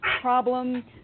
problem